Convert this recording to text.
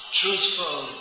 truthful